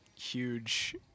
huge